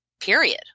Period